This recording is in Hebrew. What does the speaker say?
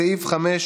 לצערי,